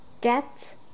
get